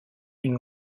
une